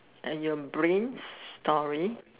and your brains star